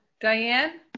Diane